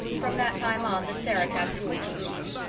from that time on the sarah-cat ruled the roost.